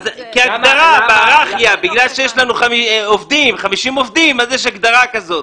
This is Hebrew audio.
בהגדרה, בגלל שיש לנו 50 עובדים, יש הגדרה כזאת.